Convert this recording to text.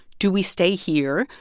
do we stay here?